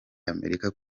amerika